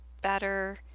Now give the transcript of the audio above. better